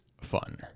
fun